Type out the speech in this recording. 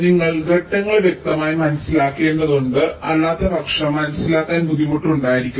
നിങ്ങൾ ഘട്ടങ്ങൾ വ്യക്തമായി മനസ്സിലാക്കേണ്ടതുണ്ട് അല്ലാത്തപക്ഷം സ്റെപ്സ് മനസ്സിലാക്കാൻ ബുദ്ധിമുട്ടായിരിക്കും